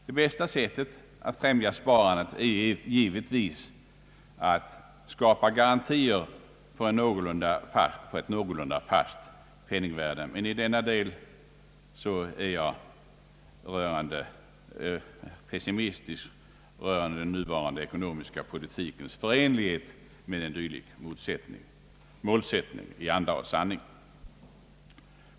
Det bästa sättet att främja sparandet är givetvis att skapa garantier för ett någorlunda fast penningvärde, men jag är pessimistisk rörande den nuvarande ekonomiska politikens förenlighet med en dylik målsättning i anda och sanning.